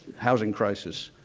housing crisis.